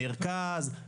מרכז,